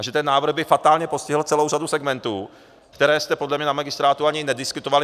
A že ten návrh by fatálně postihl celou řadu segmentů, které jste podle mě na magistrátu ani nediskutovali.